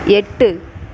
எட்டு